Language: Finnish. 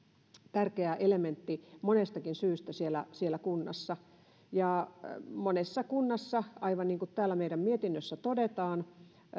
tärkeä elementti monestakin syystä siellä siellä kunnassa monessa kunnassa aivan niin kuin täällä meidän mietinnössämme todetaan